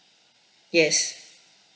yes